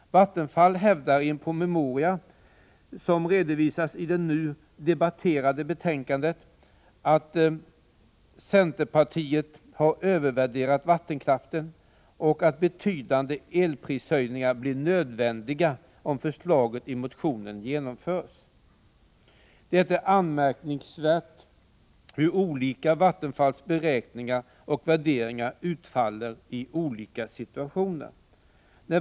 Vattenfall hävdar i en promemoria som redovisas i det betänkande vi nu behandlar att centerpartiet har övervärderat vattenkraften och att betydande elprishöjningar blir nödvändiga om förslaget i motionen genomförs. Det är anmärkningsvärt hur olika Vattenfalls beräkningar och värderingar utfaller i olika situationer.